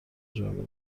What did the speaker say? جامعه